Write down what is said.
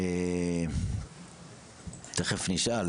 תכף נשאל,